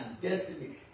destiny